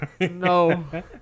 No